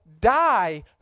die